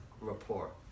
rapport